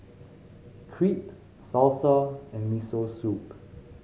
Crepe Salsa and Miso Soup